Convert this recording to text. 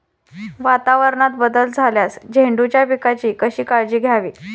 वातावरणात बदल झाल्यास झेंडूच्या पिकाची कशी काळजी घ्यावी?